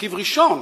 למרכיב ראשון